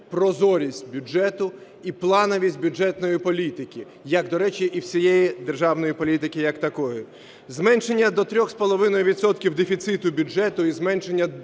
прозорість бюджету і плановість бюджетної політики, як, до речі, і всієї державної політики як такої. Зменшення до 3,5 відсотка дефіциту бюджету і зменшення